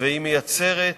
והיא מייצרת